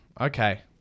Okay